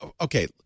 okay